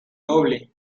noble